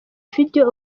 video